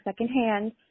secondhand